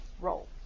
role